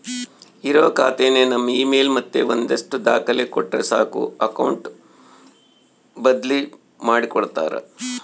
ಇರೋ ಖಾತೆನ ನಮ್ ಇಮೇಲ್ ಮತ್ತೆ ಒಂದಷ್ಟು ದಾಖಲೆ ಕೊಟ್ರೆ ಸಾಕು ಅಕೌಟ್ ಬದ್ಲಿ ಮಾಡಿ ಕೊಡ್ತಾರ